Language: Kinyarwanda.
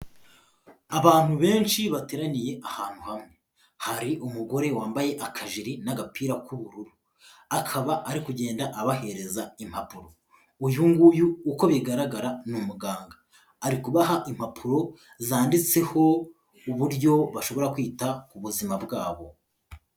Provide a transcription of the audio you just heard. Abantu benshi bateraniye ahantu hamwe, hari umugore wambaye akajiri n'agapira k'ubururu akaba ari kugenda abahereza impapuro, uyu nguyu uko bigaragara ni umuganga, ari kubaha impapuro zanditseho uburyo bashobora kwita ku buzima bwabo.